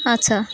আচ্ছা